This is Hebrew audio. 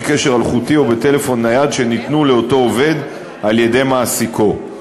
קשר אלחוטי או בטלפון נייד שניתנו לאותו עובד על-ידי מעסיקו.